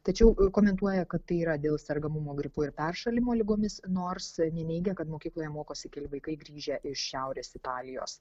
tačiau komentuoja kad tai yra dėl sergamumo gripu ir peršalimo ligomis nors neneigia kad mokykloje mokosi keli vaikai grįžę iš šiaurės italijos